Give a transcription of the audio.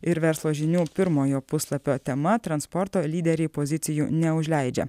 ir verslo žinių pirmojo puslapio tema transporto lyderiai pozicijų neužleidžia